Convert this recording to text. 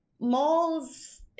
malls